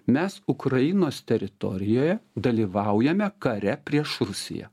mes ukrainos teritorijoje dalyvaujame kare prieš rusiją